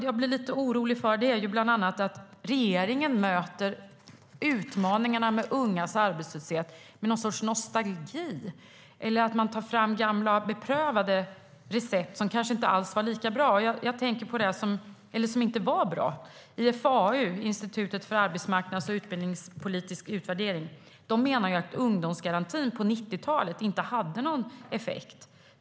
Jag blir lite orolig bland annat därför att regeringen möter utmaningarna med ungas arbetslöshet med någon sorts nostalgi eller genom att ta fram gamla beprövade recept som kanske inte alls var bra. IFAU, Institutet för arbetsmarknads och utbildningspolitisk utvärdering, menar att ungdomsgarantin på 90-talet inte hade någon effekt.